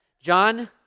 John